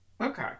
okay